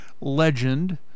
legend